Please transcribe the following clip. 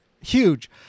huge